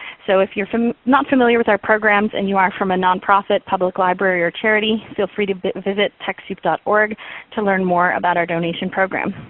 so if you're not familiar with our programs, and you are from a nonprofit, public library, or charity feel free to visit techsoup dot org to learn more about our donation program.